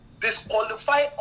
disqualify